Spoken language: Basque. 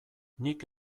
nik